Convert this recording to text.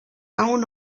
aún